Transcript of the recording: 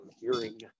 hearing